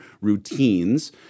routines